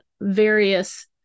various